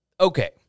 okay